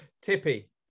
tippy